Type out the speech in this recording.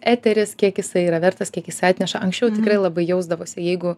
eteris kiek jisai yra vertas kiek jis atneša anksčiau tikrai labai jausdavosi jeigu